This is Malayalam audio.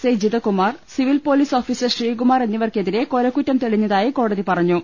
ഐ ജിത Kumar civil police officer Sreekumar എന്നിവർക്കെ തിരെ കൊലക്കുറ്റം തെളിഞ്ഞതായി കോടതി പറഞ്ഞു